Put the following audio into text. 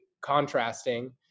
contrasting